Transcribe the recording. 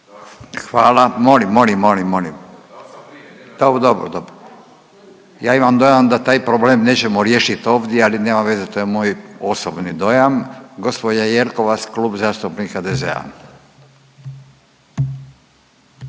ne čuje se./… Dobro, dobro, dobro. Ja imam dojam da taj problem nećemo riješiti ovdje, ali nema veze. To je moj osobni dojam. Gospođa Jelkovac, Klub zastupnika HDZ-a.